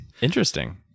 Interesting